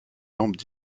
lampes